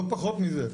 לא פחות מזה.